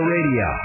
Radio